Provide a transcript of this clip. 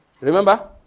Remember